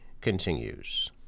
continues